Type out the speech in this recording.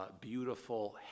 beautiful